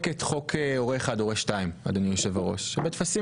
את חוק הורה אחד הורה השתיים אדוני היושב-ראש בטפסים